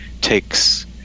takes